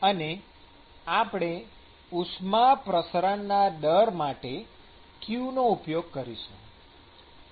અને આપણે ઉષ્મા પ્રસરણના દર માટે q નો ઉપયોગ કરીશું